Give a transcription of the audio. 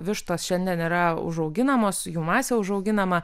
vištos šiandien yra užauginamos jų masė užauginama